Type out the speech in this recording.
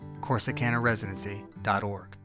CorsicanaResidency.org